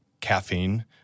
caffeine